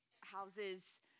houses